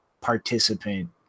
participant